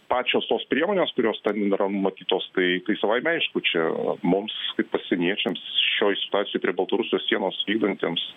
pačios tos priemonės kurios ten yra numatytos tai tai savaime aišku čia mums kaip pasieniečiams šioj situacijoj prie baltarusijos sienos vykdantiems